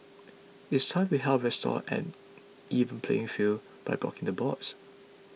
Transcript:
it's time we help restore an even playing field by blocking the bots